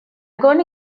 gonna